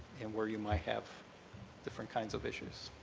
and where you might have different kinds of issues.